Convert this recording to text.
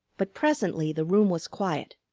but presently the room was quiet,